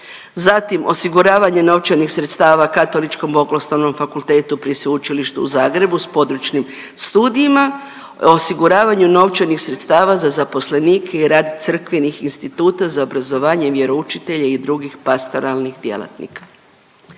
zatim osiguravanje novčanih sredstava Katoličkom bogoslovnom fakultetu pri Sveučilištu u Zagrebu s područnim studijima, osiguravanju novčanih sredstava za zaposlenike i rad crkvenih instituta za obrazovanje vjeroučitelja i drugih pastoralnih djelatnika.